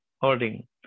holding